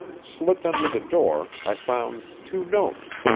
slipped under the door i found two notes.